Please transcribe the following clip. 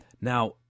Now